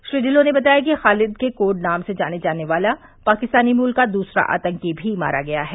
श्री ढिल्लों ने बताया कि खालिद के कोड नाम से जाना जाने वाला पाकिस्तानी मूल का दूसरा आतंकी भी मारा गया है